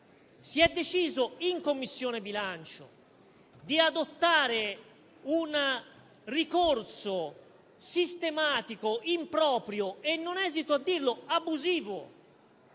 Si è deciso, in Commissione bilancio, di adottare un ricorso sistematico, improprio e - non esito a dirlo - abusivo